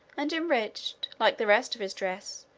and enriched, like the rest of his dress,